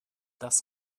das